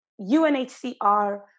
UNHCR